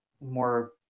more